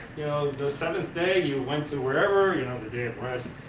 you know, the seventh day you went to wherever, you know the day of christ.